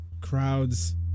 crowds